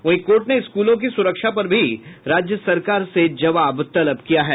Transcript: वहीं कोर्ट ने स्कूलों की सुरक्षा पर भी राज्य सरकार से जवाब तलब किया है